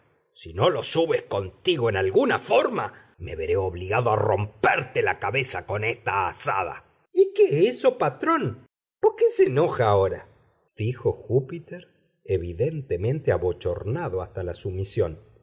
si no lo subes contigo en alguna forma me veré obligado a romperte la cabeza con esta azada qué es eso patrón po qué s'enoja ahora dijo júpiter evidentemente abochornado hasta la sumisión